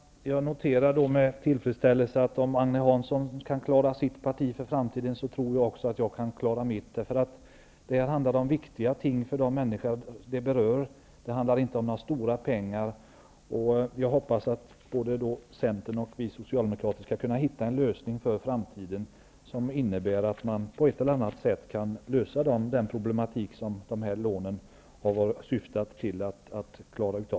Herr talman! Jag noterar med tillfredsställelse att om Agne Hansson kan klara sitt parti för framtiden, tror jag att jag kan klara mitt. Det handlar om viktiga ting för de människor som det berör, inte om några stora pengar. Jag hoppas att Centern och Socialdemokraterna skall kunna hitta en lösning för framtiden som innebär att man på ett eller annat sätt kan lösa de problem som dessa lån har varit avsedda att avhjälpa.